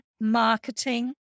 marketing